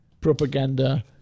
propaganda